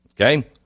okay